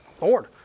Lord